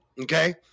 Okay